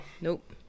Nope